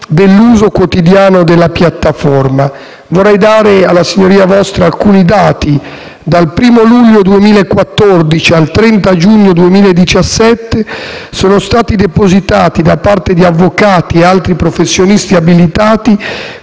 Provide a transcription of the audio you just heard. dell'uso quotidiano della piattaforma. Vorrei fornire alla signoria vostra alcuni dati: dal primo luglio 2014 al 30 giugno 2017 sono stati depositati, da parte di avvocati e altri professionisti abilitati,